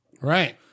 Right